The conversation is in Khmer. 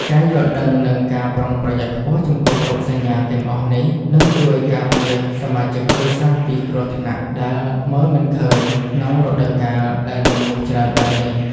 ការយល់ដឹង និងការប្រុងប្រយ័ត្នខ្ពស់ចំពោះរោគសញ្ញាទាំងអស់នេះ នឹងជួយការពារសមាជិកគ្រួសារពីគ្រោះថ្នាក់ដែលមើលមិនឃើញក្នុងរដូវកាលដែលមានមូសច្រើនបែបនេះ។